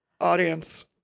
audience